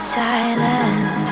silent